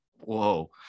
whoa